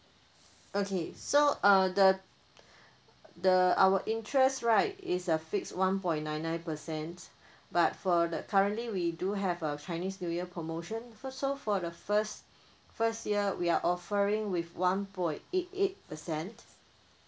okay so uh the the our interest right it's a fixed one point nine nine percent but for the currently we do have a chinese new year promotion for so for the first first year we are offering with one point eight eight percent